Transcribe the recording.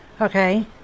Okay